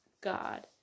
God